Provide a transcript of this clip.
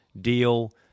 deal